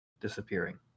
disappearing